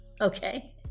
okay